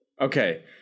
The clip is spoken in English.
Okay